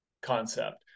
concept